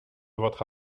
votre